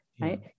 right